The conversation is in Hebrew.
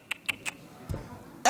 לא,